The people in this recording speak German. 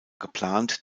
geplant